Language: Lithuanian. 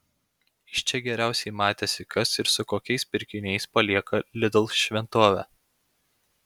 iš čia geriausiai matėsi kas ir su kokiais pirkiniais palieka lidl šventovę